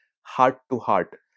heart-to-heart